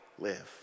live